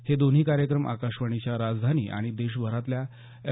हे दोन्ही कार्यक्रम आकाशवाणीच्या राजधानी आणि देशभरातल्या एफ